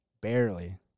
Barely